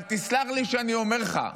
אבל תסלח לי שאני אומר לך: